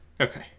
Okay